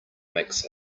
makes